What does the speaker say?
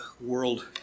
world